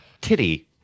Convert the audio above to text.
Titty